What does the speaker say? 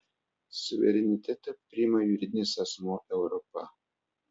suverenitetą priima juridinis asmuo europa